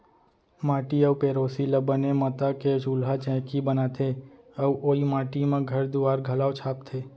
माटी अउ पेरोसी ल बने मता के चूल्हा चैकी बनाथे अउ ओइ माटी म घर दुआर घलौ छाबथें